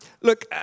look